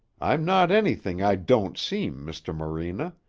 i'm not anything i don't seem, mr. morena.